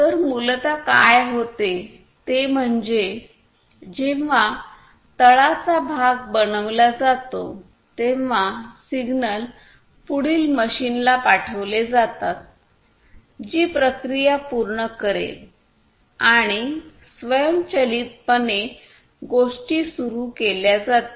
तर मूलत काय होते ते म्हणजे जेव्हा तळाचा भाग बनविला जातो तेव्हा सिग्नल पुढील मशीनला पाठविले जातात जी प्रक्रिया पूर्ण करेल आणि स्वयंचलितपणे गोष्टी सुरू केल्या जातील